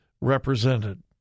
represented